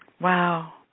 Wow